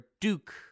Duke